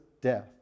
death